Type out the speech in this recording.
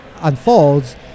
unfolds